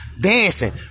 dancing